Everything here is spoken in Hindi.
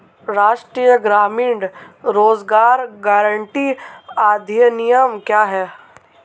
राष्ट्रीय ग्रामीण रोज़गार गारंटी अधिनियम क्या है?